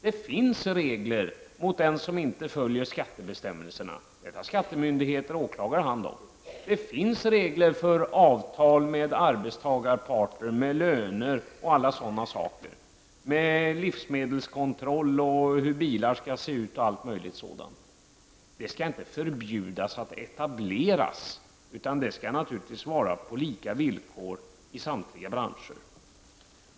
Det finns regler mot den som inte följer skattebestämmelserna; det tar skattemyndigheter och åklagare hand om. Det finns regler för avtal med arbetstagarparten om löner osv., regler om livsmedelskontroll, om hur bilar skall se ut, och om allt möjligt. Man skall inte förbjuda etablering, utan det skall naturligtvis vara lika villkor i samtliga branscher.